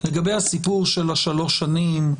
הנושא של 3 השנים,